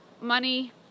Money